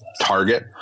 target